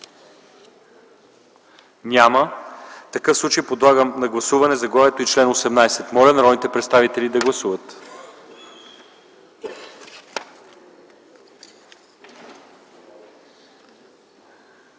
Няма. Подлагам на гласуване заглавието и чл. 30. Моля народните представители да гласуват.